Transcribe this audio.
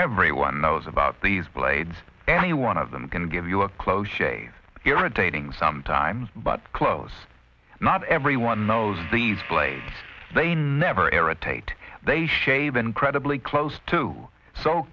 everyone knows about these blades any one of them can give you a close shave irritating sometimes but close not everyone knows these blades they never irritate they shave incredibly close to so